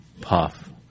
puff